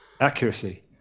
accuracy